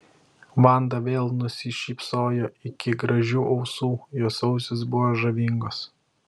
vanda vėl nusišypsojo iki gražių ausų jos ausys buvo žavingos